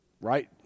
Right